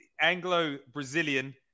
Anglo-Brazilian